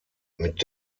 mit